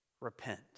repent